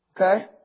Okay